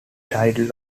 title